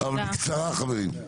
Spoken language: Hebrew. אבל בקצרה חברים.